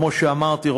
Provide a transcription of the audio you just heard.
כמו שאמרתי,